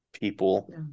people